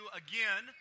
again